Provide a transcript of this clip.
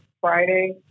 Friday